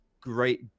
great